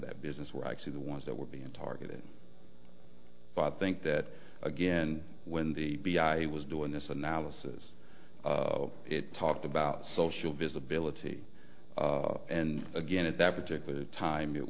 that business were actually the ones that were being targeted by think that again when the b i was doing this analysis it talked about social visibility and again at that particular time it